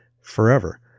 forever